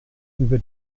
über